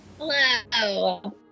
Hello